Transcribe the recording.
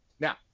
Now